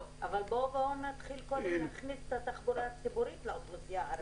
אבל בואו נתחיל קודם להכניס את התחבורה הציבורית לאוכלוסייה הערבית.